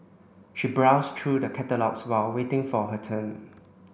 she browsed through the catalogues while waiting for her turn